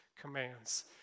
commands